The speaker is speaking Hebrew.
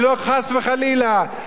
אני אוהב כל יהודי,